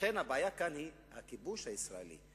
ולכן הבעיה כאן היא הכיבוש הישראלי.